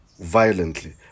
violently